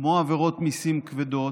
כמו עבירות מיסים כבדות.